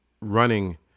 running